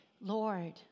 Lord